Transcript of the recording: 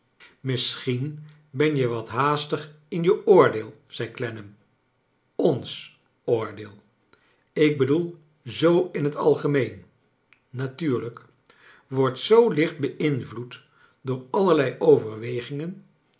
misschien ben je wat haastig in je oordeel zei clennam ons oordeel ik bedoel zoo in het algemeen natuurlijk j wordt zoo licht beinvloed door allerlei overwegingen